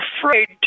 afraid